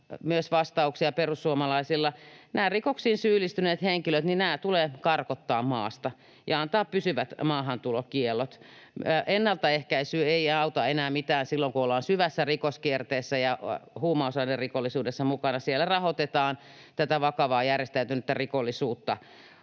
myös tähän katujengiongelmaan: Nämä rikoksiin syyllistyneet henkilöt tulee karkottaa maasta ja antaa pysyvät maahantulokiellot. Ennalta ehkäisy ei auta enää mitään silloin kun ollaan syvässä rikoskierteessä ja huumausainerikollisuudessa mukana. Siellä rahoitetaan tätä vakavaa järjestäytynyttä rikollisuutta